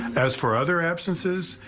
as for other absences,